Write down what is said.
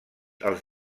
els